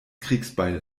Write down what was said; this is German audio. kriegsbeil